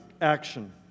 action